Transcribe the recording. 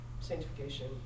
sanctification